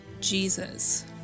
Jesus